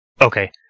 Okay